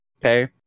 okay